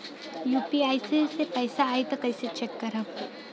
UPI से पैसा आई त कइसे चेक खरब?